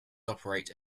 operate